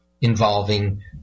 involving